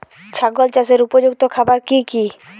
ছাগল চাষের উপযুক্ত খাবার কি কি?